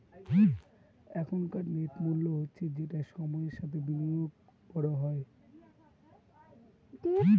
এখনকার নেট মূল্য হচ্ছে যেটা সময়ের সাথে বিনিয়োগে বড় হয়